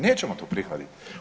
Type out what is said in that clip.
Nećemo to prihvatiti.